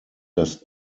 das